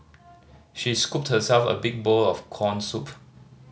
she scooped herself a big bowl of corn soup